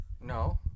No